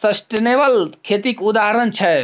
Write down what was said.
sustainable खेतीक उदाहरण छै